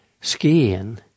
Skiing